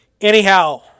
Anyhow